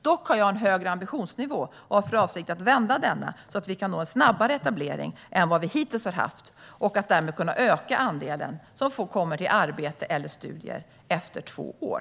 Dock har jag en högre ambitionsnivå och har för avsikt att vända läget så att vi kan få en snabbare etablering än vad vi hittills har haft för att vi därmed ska kunna öka andelen som kommer till arbete eller studier efter två år.